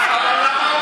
מה מונע?